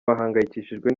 bahangayikishijwe